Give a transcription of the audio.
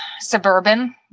suburban